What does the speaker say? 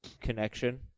connection